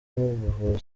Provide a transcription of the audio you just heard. buvuzi